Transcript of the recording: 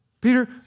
Peter